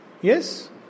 Yes